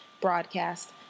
broadcast